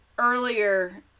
Earlier